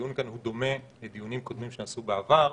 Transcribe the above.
הדיון הזה דומה לדיונים קודמים שנעשו בעבר.